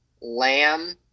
Lamb